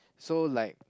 so like